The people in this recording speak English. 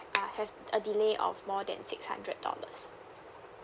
uh have a delay of more than six hundred dollars